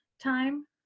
time